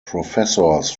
professors